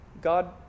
God